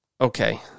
Okay